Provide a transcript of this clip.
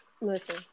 Listen